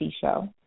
show